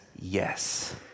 yes